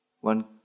One